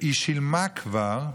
היא שילמה כבר,